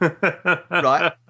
right